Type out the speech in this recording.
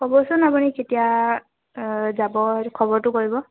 ক'বচোন আপুনি কেতিয়া যাব খবৰটো কৰিব